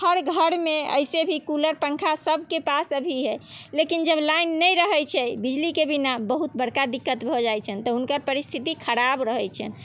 हर घरमे एसे भी कूलर पङ्खा सबके पास अभी हइ लेकिन जब लाइन नहि रहैत छै बिजलीके बिना बहुत बड़का दिक्कत भऽ जाइत छनि तऽ हुनका परिस्थिति खराब रहैत छनि